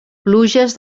pluges